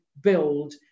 build